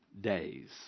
days